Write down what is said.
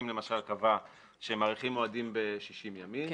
למשל קבע שמאריכים מועדים ב-60 ימים,